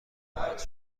خواهد